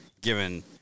given